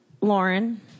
Lauren